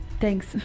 Thanks